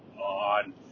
on